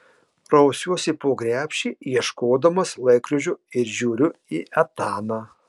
rausiuosi po krepšį ieškodamas laikrodžio ir žiūriu į etaną